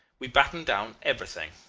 we battened down everything,